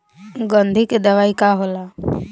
गंधी के दवाई का होला?